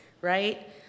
right